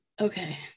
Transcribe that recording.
Okay